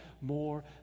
more